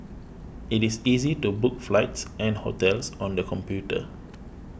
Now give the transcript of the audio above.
it is easy to book flights and hotels on the computer